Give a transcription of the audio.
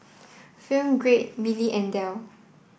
film Grade Mili and Dell